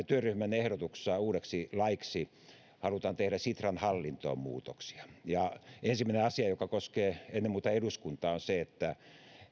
työryhmän ehdotuksessa uudeksi laiksi halutaan tehdä sitran hallintoon muutoksia ensimmäinen asia jota työryhmä esittää ja joka koskee ennen muuta eduskuntaa on se että